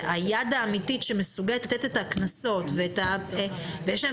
היד האמיתית שמסוגלת לתת את הקנסות ויש להם